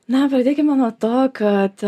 na pradėkime nuo to kad